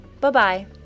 Bye-bye